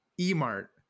e-mart